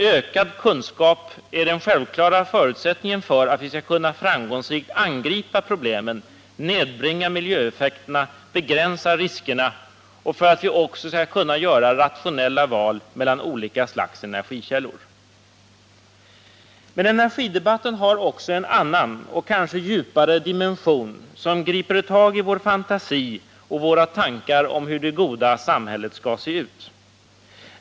Ökad kunskap är den självklara förutsättningen för att vi framgångsrikt skall kunna angripa problemen, nedbringa miljöeffekterna, begränsa riskerna och för att vi också skall kunna göra rationella val mellan olika slags energikällor. Men energidebatten har också en annan och kanske djupare dimension, som griper tag i vår fantasi och våra tankar om hur det goda samhället skall se ut.